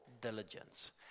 diligence